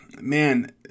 man